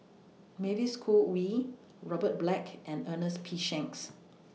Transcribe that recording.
Mavis Khoo Oei Robert Black and Ernest P Shanks